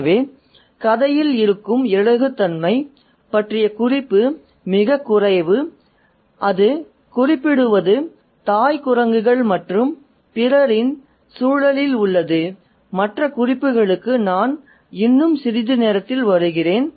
எனவே கதையில் இருக்கும் இலகுத் தன்மை பற்றிய குறிப்பு மிகக் குறைவு அது குறிப்பிடுவது தாய் குரங்குகள் மற்றும் பிறரின் சூழலில் உள்ளது மற்ற குறிப்புகளுக்கு நான் இன்னும் சிறிது நேரத்தில் வருகிறேன்